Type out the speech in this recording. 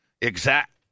exact